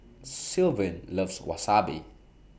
Sylvan loves Wasabi